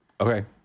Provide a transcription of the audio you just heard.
Okay